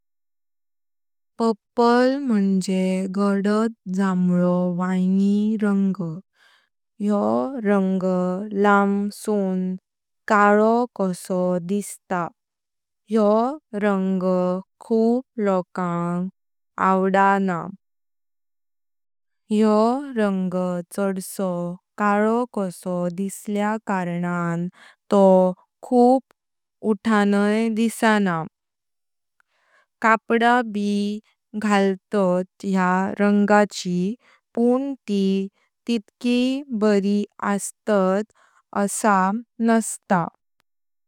पर्पल मुणजे गादात जांबळो रंग। योह रंग लाम सून कळो कसो दिसता। योह रंग खूप लोकांग आवडना। योह रंग छडसो कळो कसो दिसल्या कारणां तो उठणें दिसणां। लहान ब घालतात या रंगाची पण ती तितकी बरी अस्तात असां नास्ता।